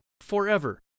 forever